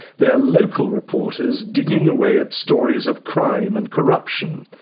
they're local reporters digging away at stories of crime and corruption.